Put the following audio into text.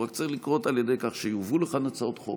הוא רק צריך לקרות על ידי כך שיובאו לכאן הצעות חוק,